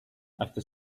after